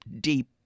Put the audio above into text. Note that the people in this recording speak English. deep